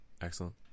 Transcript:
excellent